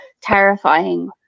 terrifying